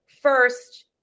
first